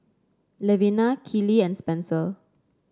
Levina Keely and Spenser